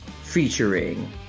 featuring